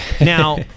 Now